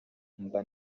mba